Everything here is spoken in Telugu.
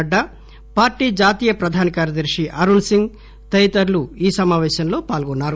నడ్డా పార్టీ జాతీయ ప్రధాన కార్యదర్శి అరుణ్ సింగ్ తదితరులు ఈ సమాపేశంలో పాల్గొన్నారు